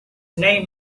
name